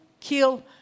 kill